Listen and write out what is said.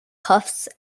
cuffs